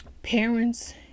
Parents